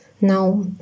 Now